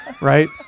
right